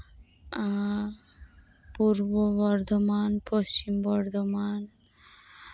ᱟᱨ Purba Bardhaman Paschim Bardhaman